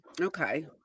okay